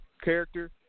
character